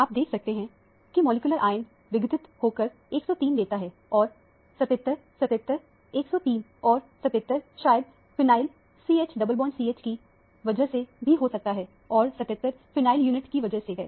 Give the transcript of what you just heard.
आप देख सकते की मॉलिक्यूलर आयन विघटित होकर 103 देता है और 77 77 103 और77 शायद phenyl CH double bond CH phenyl CHCH की वजह से भी हो सकता है और 77 फिनाइल यूनिट की वजह से है